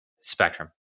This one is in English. spectrum